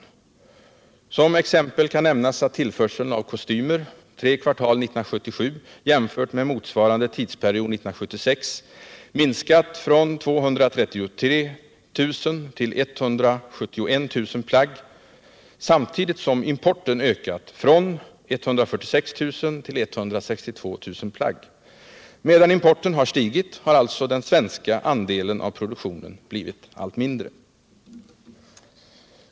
Som exempel kan nämnas att tillförseln av kostymer tre kvartal 1977 jämfört med motsvarande tidsperiod 1976 minskat från 233 000 till 171 000 plagg samtidigt som importen ökat från 146 000 till 162 000 plagg. Medan importen har stigit har alltså den svenska andelen av produktionen blivit allt mindre.